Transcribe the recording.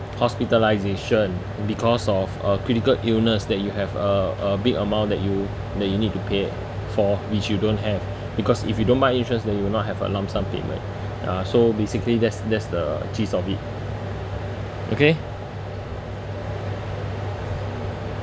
hospitalisation because of a critical illness that you have a a big amount that you that you need to pay for which you don't have because if you don't buy insurance then you will not have a lump sum payment ya so basically that's that's the gist of it okay